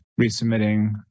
resubmitting